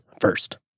first